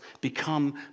become